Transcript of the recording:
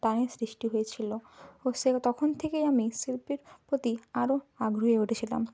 টানের সৃষ্টি হয়েছিলো ও সেই তখন থেকেই আমি শিল্পীর প্রতি আরো আগ্রহী হয়ে উঠেছিলাম